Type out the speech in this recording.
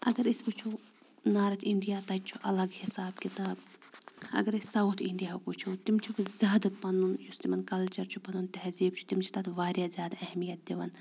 اگر أسۍ وٕچھو نارٕتھ اِنڈیا تَتہِ چھُ الگ حِساب کِتاب اگر أسۍ ساوُتھ اِنڈیا وٕچھو تِم چھِ زیادٕ پَنُن یُس تِمَن کَلچَر چھُ پَنُن تہذیٖب چھُ تِم چھِ تَتھ واریاہ زیادٕ اہمیت دِوان